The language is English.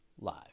live